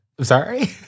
sorry